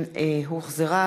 שהוחזרה